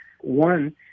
One